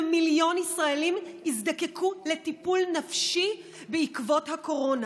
כמיליון ישראלים יזדקקו לטיפול נפשי בעקבות הקורונה,